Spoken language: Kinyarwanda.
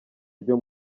ryo